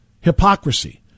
hypocrisy